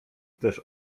też